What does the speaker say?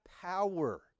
power